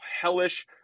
hellish